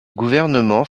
gouvernement